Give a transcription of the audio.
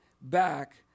back